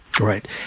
Right